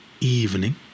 evening